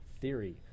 theory